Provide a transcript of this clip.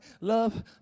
Love